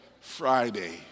Friday